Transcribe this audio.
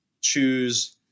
choose